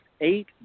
eight